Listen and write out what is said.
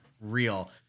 real